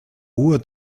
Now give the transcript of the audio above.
uhr